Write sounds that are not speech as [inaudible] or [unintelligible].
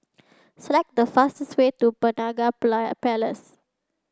select the fastest way to Penaga [unintelligible] Place